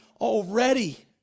already